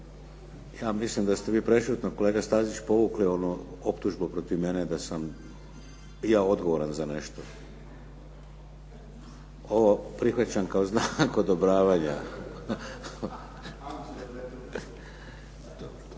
Ja mislim da ste vi prešutno kolega Stazić povukli onu optužbu protiv mene da sam ja odgovoran za nešto. Ovo prihvaćam kao znak odobravanja. Klub